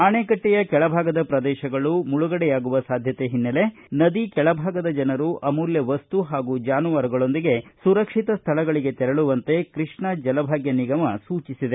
ಅಣೆಕಟ್ಟೆಯ ಕೆಳಭಾಗದ ಪ್ರದೇಶಗಳು ಮುಳುಗಡೆಯಾಗುವ ಸಾಧ್ವತೆ ಹಿನ್ನೆಲೆ ನದಿ ಕೆಳಭಾಗದ ಜನರು ಅಮೂಲ್ಲ ವಸ್ತು ಹಾಗೂ ಜಾನುವಾರುಗಳೊಂದಿಗೆ ಸುರಕ್ಷಿತ ಸ್ಥಳಗಳಿಗೆ ತೆರಳುವಂತೆ ಕೃಷ್ಣ ಜಲ ಭಾಗ್ಯ ನಿಗಮ ಸೂಚಿಸಿದೆ